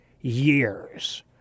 years